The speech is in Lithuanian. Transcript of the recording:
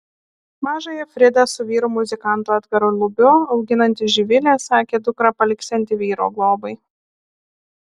mažąją fridą su vyru muzikantu edgaru lubiu auginanti živilė sakė dukrą paliksianti vyro globai